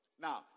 Now